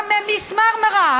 גם מיס מרמרה,